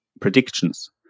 predictions